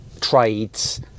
trades